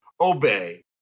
obey